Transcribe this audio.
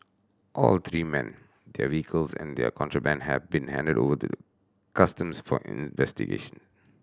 all three men their vehicles and the contraband have been handed over to Customs for investigation